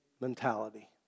mentality